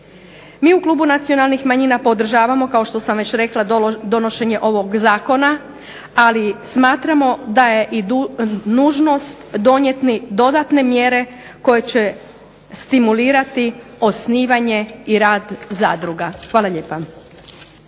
Mi u Klubu nacionalnih manjina podržavamo, kao što sam već rekla, donošenje ovog zakona, ali smatramo da je i nužnost donijeti dodatne mjere koje će stimulirati osnivanje i rad zadruga. Hvala lijepo.